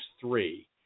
three